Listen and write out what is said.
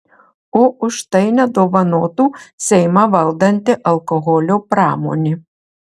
o už tai nedovanotų seimą valdanti alkoholio pramonė